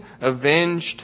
avenged